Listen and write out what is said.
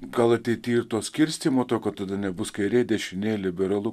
gal ateityje ir to skirstymo tokio tada nebus kairė dešinė liberalu